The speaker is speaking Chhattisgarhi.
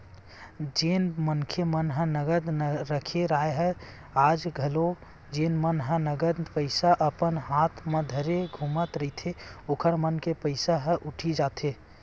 जेन मनखे मन ह नगद रखे राहय या आज घलोक जेन मन ह नगद पइसा अपन हात म धरे घूमत रहिथे ओखर मन के पइसा ह उठी जाथे